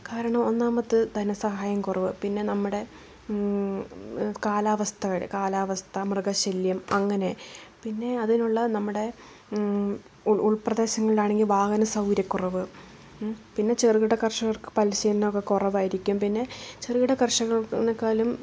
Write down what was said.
കാരണം ഒന്നാമത്തെത് ധനസഹായം കുറവ് പിന്നെ നമ്മുടെ കാലാവസ്ഥ വരെ കാലാവസ്ഥ മൃഗശല്യം അങ്ങനെ പിന്നെ അതിനുള്ള നമ്മുടെ ഉൾപ്രദേശങ്ങളിലാണെങ്കിൽ വാഹന സൗകര്യക്കുറവ് പിന്നെ ചെറുകിട കർഷകർക്ക് പരിശീലനമൊക്കെ കുറവായിരിക്കും പിന്നെ ചെറുകിട കർഷകറിനെക്കാളും